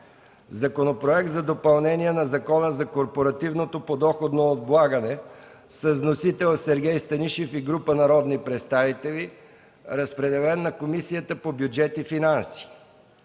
Законопроект за допълнение на Закона за корпоративното подоходно облагане. Вносители са Сергей Станишев и група народни представители. Водеща е Комисията по бюджет и финанси.